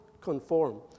conform